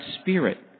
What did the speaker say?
spirit